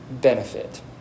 benefit